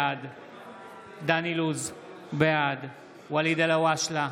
בעד דן אילוז, בעד ואליד אלהואשלה,